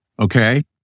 Okay